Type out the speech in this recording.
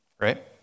right